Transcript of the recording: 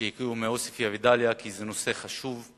שהגיעו מעוספיא ודאליה, כי זה נושא חשוב,